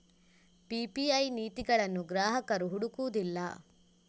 PPI ನೀತಿಗಳನ್ನು ಗ್ರಾಹಕರು ಹುಡುಕುವುದಿಲ್ಲ